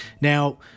Now